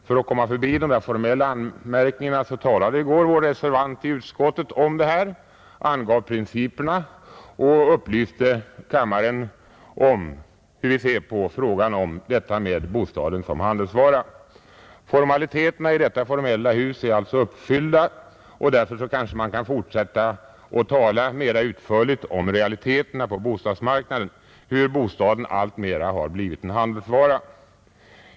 För att komma förbi de där formella anmärkningarna talade i går vår reservant i utskottet, angav principerna och upplyste kammaren om hur vi ser på frågan om bostaden som handelsvara. Formaliteterna i detta formella hus är alltså tillgodosedda, och därför kanske man i fortsättningen kan tala mera utförligt om realiteterna på bostadsmarknaden, om hur bostaden alltmera har blivit en handelsvara.